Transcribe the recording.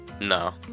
No